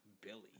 Billy